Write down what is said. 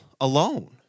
alone